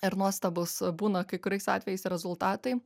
ir nuostabūs būna kai kuriais atvejais rezultatai